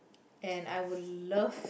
and I would love